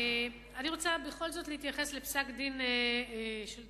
אני רוצה בכל זאת להתייחס לפסק-דין דרומי,